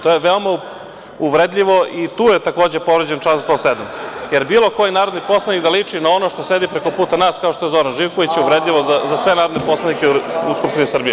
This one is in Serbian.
To je veoma uvredljivo i tu je takođe povređen član 107, jer bilo koji narodni poslanik da liči na ono što sedi preko puta nas, kao što je Zoran Živković je uvredljivo za sve narodne poslanike u Skupštini Srbije.